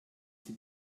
sie